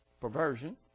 perversion